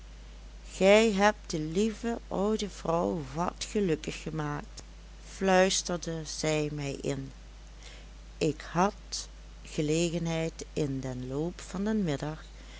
gij hebt de lieve oude vrouw wat gelukkig gemaakt fluisterde zij mij in ik had gelegenheid in den loop van den namiddag